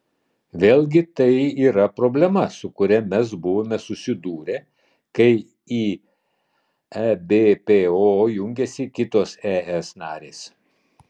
vėlgi tai yra problema su kuria mes buvome susidūrę kai į ebpo jungėsi kitos es narės